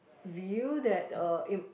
view that uh if